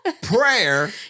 Prayer